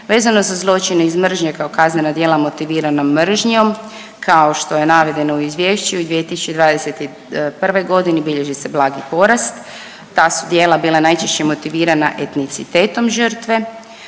Vezano za zločine iz mržnje kao kaznena djela motivirana mržnjom kao što je navedeno u izvješću i 2021. godine bilježi se blagi porast. Ta su djela bila najčešće motivirana etnicitetom žrtve.